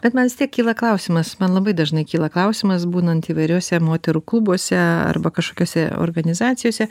bet man vis tiek kyla klausimas man labai dažnai kyla klausimas būnant įvairiuose moterų klubuose arba kažkokiuose organizacijose